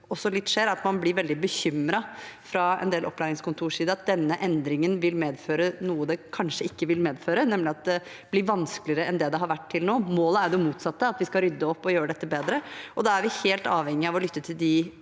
side blir veldig bekymret for at denne endringen vil medføre noe det kanskje ikke vil medføre, nemlig at det blir vanskeligere enn det det har vært til nå. Målet er det motsatte, at vi skal rydde opp og gjøre dette bedre, og da er vi helt avhengig av å lytte til de